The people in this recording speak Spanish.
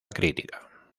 crítica